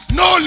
no